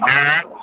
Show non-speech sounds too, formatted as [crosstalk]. [unintelligible]